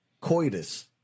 Coitus